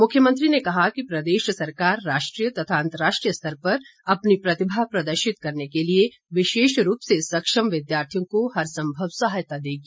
मुख्यमंत्री ने कहा कि प्रदेश सरकार राष्ट्रीय तथा अंतर्राष्ट्रीय स्तर पर अपनी प्रतिभा प्रदर्शित करने के लिए विशेष रूप से सक्षम विद्यार्थियों को हरसंभव सहायता देगी